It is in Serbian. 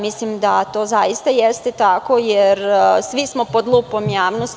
Mislim da to zaista jeste tako, jer svi smo pod lupom javnosti.